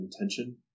intention